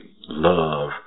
love